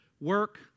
Work